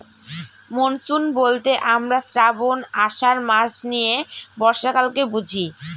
monsoon বলতে আমরা শ্রাবন, আষাঢ় মাস নিয়ে বর্ষাকালকে বুঝি